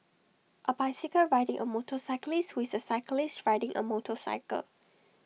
A bicycle riding A motorcyclist who is A cyclist riding A motorcycle